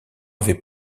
avait